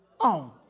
on